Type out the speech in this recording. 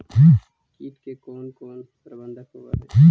किट के कोन कोन प्रबंधक होब हइ?